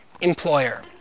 employer